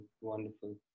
wonderful